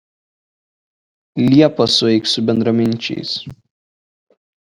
liepą sueik su bendraminčiais